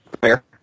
Fair